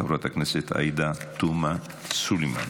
חברת הכנסת עאידה תומא סלימאן.